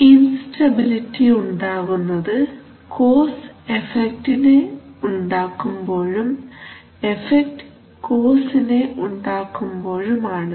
instability ഉണ്ടാകുന്നത് cause എഫക്റ്റിനെ ഉണ്ടാക്കുമ്പോഴും എഫക്റ്റ് കോസിനെ ഉണ്ടാക്കുമ്പോഴും ആണ്